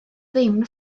ddim